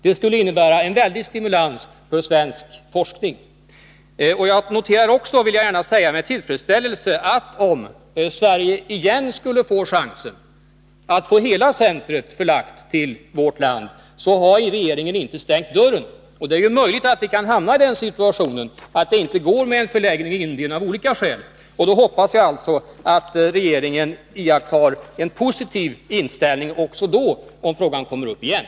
Det skulle vara en väldig stimulans för svensk forskning. Vidare vill jag framhålla att jag med tillfredsställelse noterar att regeringen inte har stängt dörren, om vi nu åter skulle ha en chans att få hela centret förlagt till Sverige. Det är ju möjligt att vi hamnar i den situationen att det av olika skäl inte går att förlägga centret till Indien. Således hoppas jag att regeringen har en positiv inställning till frågan, om den återigen skulle bli aktuell.